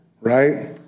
Right